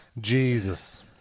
Jesus